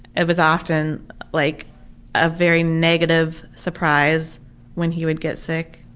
it was often like a very negative surprise when he would get sick.